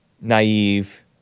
naive